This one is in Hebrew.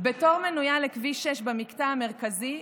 בתור מנויה לכביש 6 במקטע המרכזי,